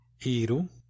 Iru